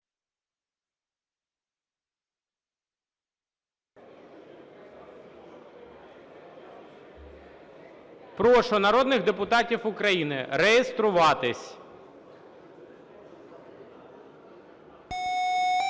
Прошу народних депутатів України реєструватись. 10:05:26